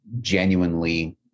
genuinely